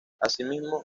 asimismo